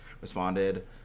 responded